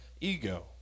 ego